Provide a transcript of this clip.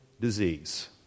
disease